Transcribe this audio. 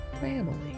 family